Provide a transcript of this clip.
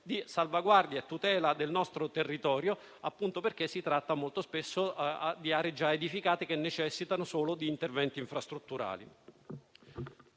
di salvaguardia e tutela del nostro territorio, appunto perché si tratta molto spesso di aree già edificate, che necessitano solo di interventi infrastrutturali.